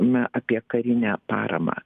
me apie karinę paramą